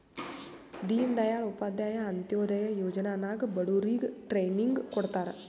ದೀನ್ ದಯಾಳ್ ಉಪಾಧ್ಯಾಯ ಅಂತ್ಯೋದಯ ಯೋಜನಾ ನಾಗ್ ಬಡುರಿಗ್ ಟ್ರೈನಿಂಗ್ ಕೊಡ್ತಾರ್